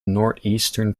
northeastern